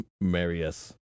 Marius